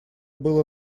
было